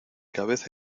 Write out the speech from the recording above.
cabeza